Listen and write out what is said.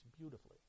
beautifully